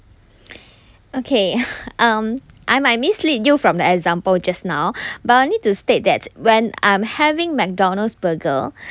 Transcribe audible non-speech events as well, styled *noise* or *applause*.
*breath* okay um I might mislead you from the example just now *breath* but I need to state that when I'm having mcdonald's burger